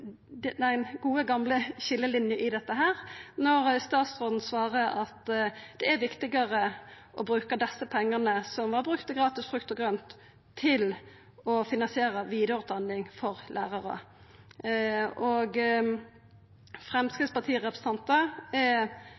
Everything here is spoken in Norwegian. dei gode, gamle skiljelinjene i dette når statsråden svarer at det er viktigare å bruka desse pengane, som var brukte til gratis frukt og grønt, til å finansiera vidareutdanning for lærarar. Framstegsparti-representantar er